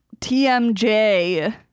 TMJ